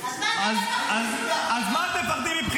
--- רון, לנו יש ממשלה ציונית --- לאומית.